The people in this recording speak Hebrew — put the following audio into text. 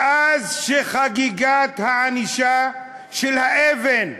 מאז התחילה חגיגת הענישה של האבן,